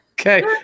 Okay